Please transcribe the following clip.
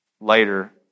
later